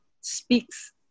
speaks